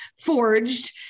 forged